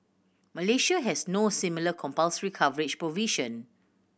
Malaysia has no similar compulsory coverage provision